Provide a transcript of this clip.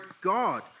God